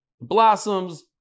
blossoms